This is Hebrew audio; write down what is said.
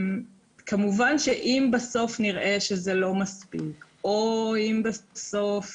כמובן אם בסוף נראה שזה לא מספיק או אם בסוף